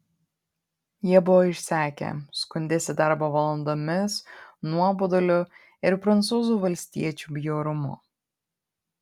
jie buvo išsekę skundėsi darbo valandomis nuoboduliu ir prancūzų valstiečių bjaurumu